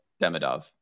Demidov